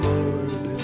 Lord